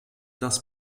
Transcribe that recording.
das